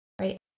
Right